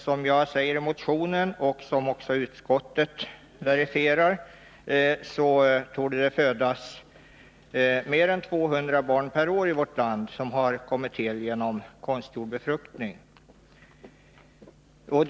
Som jag framhåller i motionen och som utskottet verifierar torde det födas mer än 200 barn per år i vårt land som har kommit till genom artificiell insemination.